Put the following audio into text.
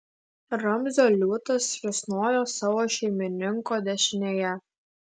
ramzio liūtas risnojo savo šeimininko dešinėje